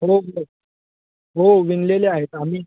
हो हो हो विणलेल्या आहेत आम्ही